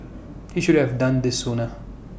he should have done this sooner